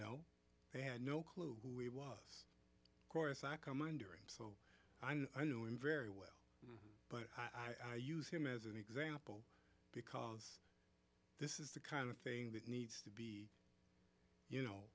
know they had no clue who it was of course i come under him so i knew him very well but i use him as an example because this is the kind of thing that needs to be you know